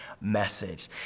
message